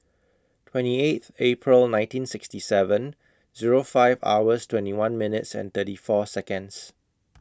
twenty eight April nineteen sixty seven Zero five hours twenty one minutes and thirty four Seconds